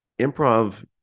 improv